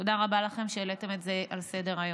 תודה רבה לכם על שהעליתם את זה על סדר-היום.